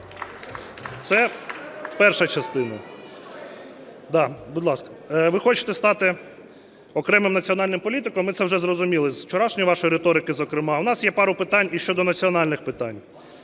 Це перша частина. Ви хочете стати окремим національним політиком, ми це вже зрозуміли з вчорашньої вашої риторики, зокрема. У нас є пара питань і щодо національних питань.